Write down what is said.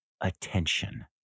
attention